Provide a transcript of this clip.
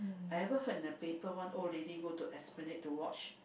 I ever heard in the paper one old lady go to Esplanade to watch